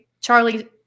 Charlie